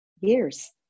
years